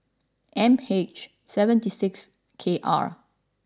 M H seventy six K R